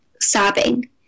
Sobbing